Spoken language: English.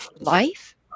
life